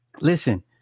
listen